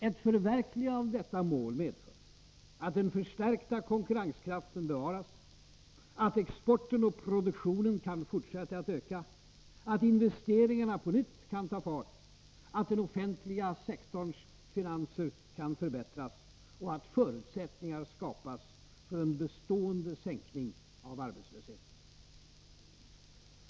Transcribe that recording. Ett förverkligande av detta mål medför att den förstärkta konkurrenskraften bevaras, att exporten och produktionen kan fortsätta att öka, att investeringarna på nytt kan ta fart, att den offentliga sektorns finanser kan förbättras och att förutsättningar skapas för en bestående sänkning av arbetslösheten.